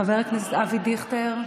חבר הכנסת אבי דיכטר,